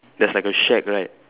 there's like a shack right